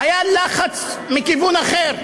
היה לחץ מכיוון אחר.